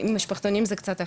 שמשפחתונים זה קצת אחרת,